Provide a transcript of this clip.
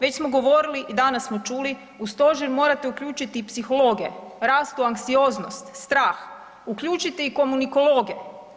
Već smo govorili i danas smo čuli, u Stožer morate uključiti i psihologe, rastu anksioznost, strah, uključite i komunikologe.